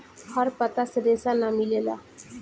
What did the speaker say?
हर पत्ता से रेशा ना मिलेला